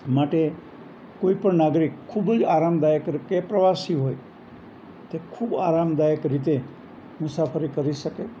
માટે કોઈપણ નાગરિક ખૂબ જ આરામદાયક કે પ્રવાસીઓ હોય તે ખૂબ આરામદાયક રીતે મુસાફરી કરી શકે